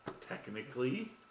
Technically